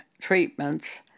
treatments